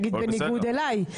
נגיד בניגוד אליי,